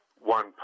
one